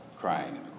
crying